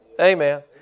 Amen